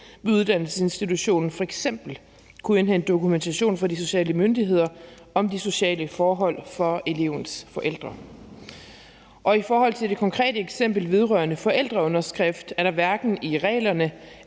vil uddannelsesinstitutionen f.eks. kunne indhente dokumentation fra de sociale myndigheder om de sociale forhold for elevens forældre. Og i forhold til det konkrete eksempel vedrørende forældreunderskrift er der hverken i reglerne